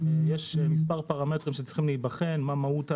יש מספר פרמטרים שצריכים להיבחן מה מהות העבירה,